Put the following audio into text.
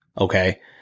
okay